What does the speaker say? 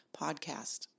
podcast